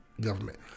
government